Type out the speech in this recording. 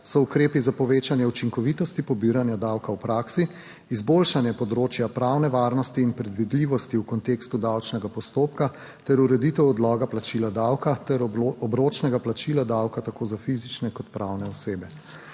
so ukrepi za povečanje učinkovitosti pobiranja davka v praksi, izboljšanje področja pravne varnosti in predvidljivosti v kontekstu davčnega postopka ter ureditev odloga plačila davka ter obročnega plačila davka tako za fizične kot pravne osebe.